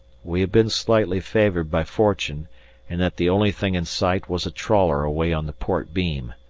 we had been slightly favoured by fortune in that the only thing in sight was a trawler away on the port beam.